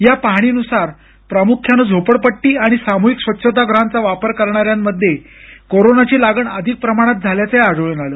या पाहणीनुसार प्रामुख्यानं झोपडपट्टी आणि सामूहिक स्वछतागृहांचा वापर करणाऱ्यांमध्ये कोरोनाची लागण अधिक प्रमाणात झाल्याचंही आढळून आलं